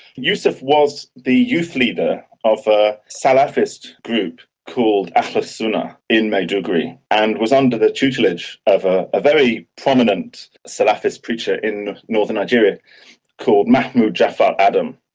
yusuf was the youth leader of a salafist group called ahlis sunna in maiduguri, and was under the tutelage of ah a very prominent salafist preacher in northern nigeria called mahmoud ja'far adam.